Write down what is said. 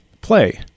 play